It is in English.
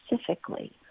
specifically